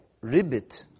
ribbit